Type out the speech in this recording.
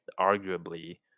arguably